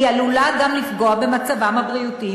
היא עלולה גם לפגוע במצבם הבריאותי,